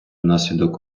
внаслідок